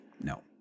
No